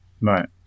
right